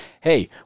hey